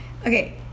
Okay